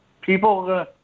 People